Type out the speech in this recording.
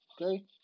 okay